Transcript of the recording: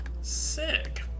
sick